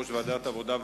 יושב-ראש ועדת העבודה,